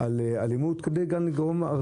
כפי שאמרנו,